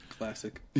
Classic